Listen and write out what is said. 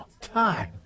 time